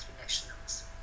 nationals